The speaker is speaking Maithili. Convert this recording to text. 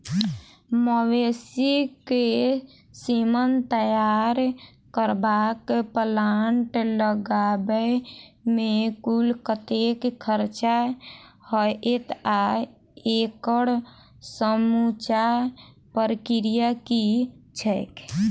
मवेसी केँ सीमन तैयार करबाक प्लांट लगाबै मे कुल कतेक खर्चा हएत आ एकड़ समूचा प्रक्रिया की छैक?